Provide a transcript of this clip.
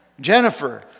Jennifer